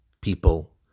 people